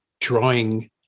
drawing